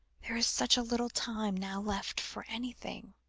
there is such a little time now left for anything.